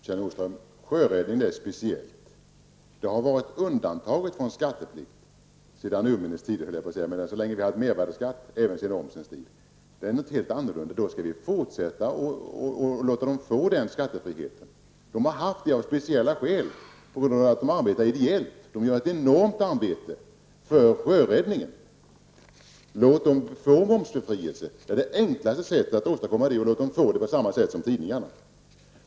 Herr talman! Sjöräddningen är någonting speciellt, Kjell Nordström. Så länge vi har haft mervärdeskatt och moms har sjöräddningen varit undantagen från skatteplikt. Det är någonting helt annorlunda. Därför skall vi fortsätta att låta Sjöräddningssällskapet vara skattefritt. Av speciella skäl, därför att man arbetar ideellt, har man haft denna favör. Sjöräddningssällskapet gör ett enormt arbete inom sjöräddningen. Låt Sjöräddningssällskapet få momsbefrielse. Det är det enklaste, låt Sjöräddningssällskapet få befrielse på samma sätt som tidningarna.